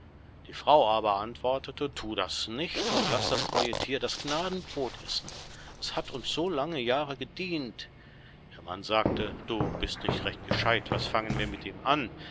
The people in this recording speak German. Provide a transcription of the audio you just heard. die frau aber antwortete thu das nicht und laß das treue thier das gnadenbrod essen es hat uns so lange jahre gedient der mann sagte du bist nicht recht gescheidt was fangen wir mit ihm an